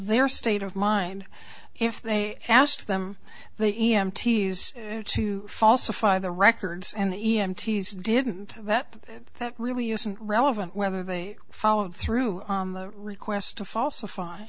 their state of mind if they asked them the e m t to falsify the records and the e m t didn't that that really isn't relevant whether they followed through on the request to falsify